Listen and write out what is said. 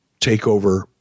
takeover